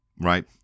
Right